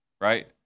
Right